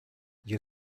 you